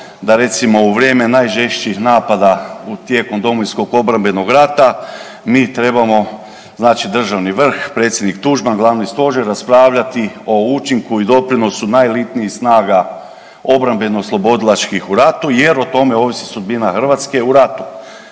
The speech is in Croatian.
da recimo u vrijeme najžešćih napada tijekom Domovinskog obrambenog rata, mi trebamo, znači državni vrh, predsjednik Tuđman, glavni stožer raspravljati o učinku i doprinosu najelitnijih snaga obrambeno oslobodilačkih u ratu, jer o tome ovisi sudbina Hrvatske u ratu.